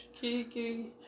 Kiki